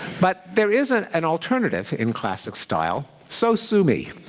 but there is an an alternative in classic style so sue me.